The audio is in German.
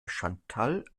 chantal